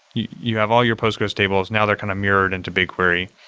you have all your postgres tables, now they're kind of mirrored into bigquery.